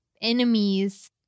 Enemies